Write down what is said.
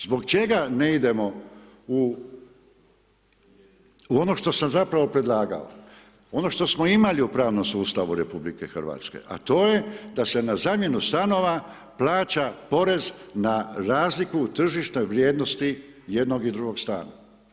Zbog čega ne idemo u ono što sam zapravo predlagao, ono što smo imali u pravnom sustavu RH, a to je da se na zamjenu stanova, plaća porez na razliku u tržišnoj vrijednosti jednog i drugog stana.